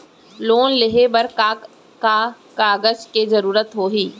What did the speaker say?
Loan लेहे बर का का कागज के जरूरत होही?